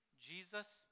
Jesus